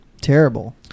terrible